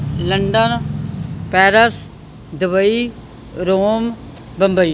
London Paris Dubai Rome Bombay